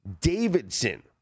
Davidson